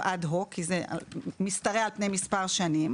אד הוק כי זה משתרע על פני מספר שנים.